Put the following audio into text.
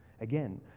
Again